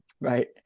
right